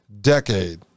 decade